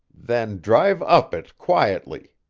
then drive up it quietly,